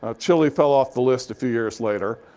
ah chile fell off the list a few years later.